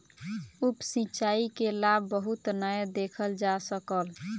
उप सिचाई के लाभ बहुत नै देखल जा सकल